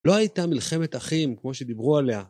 לא הייתה מלחמת אחים כמו שדיברו עליה.